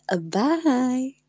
Bye